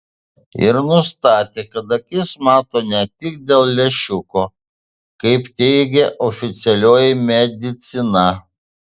ir nustatė kad akis mato ne tik dėl lęšiuko kaip teigia oficialioji medicina